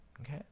Okay